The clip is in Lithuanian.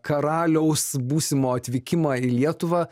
karaliaus būsimo atvykimą į lietuvą